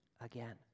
again